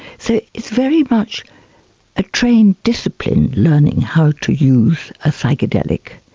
so it's very much a trained discipline, learning how to use a psychedelic.